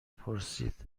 پرسید